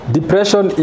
depression